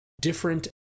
different